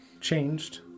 changed